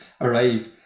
arrive